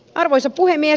arvoisa puhemies